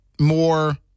more